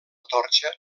torxa